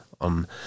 on